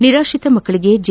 ನಿರಾತ್ರಿತ ಮಕ್ಕಳಿಗೆ ಜೆ